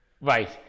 Right